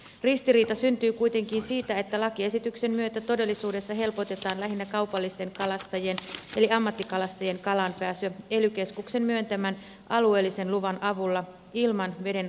ristiriita syntyy kuitenkin siitä että lakiesityksen myötä todellisuudessa helpotetaan lähinnä kaupallisten kalastajien eli ammattikalastajien kalaan pääsyä ely keskuksen myöntämän alueellisen luvan avulla ilman vedenomistajan lupaa